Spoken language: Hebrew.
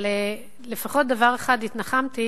אבל לפחות בדבר אחד התנחמתי,